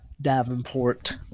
Davenport